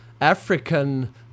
African